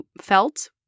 felt